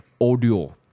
audio